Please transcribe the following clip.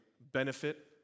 benefit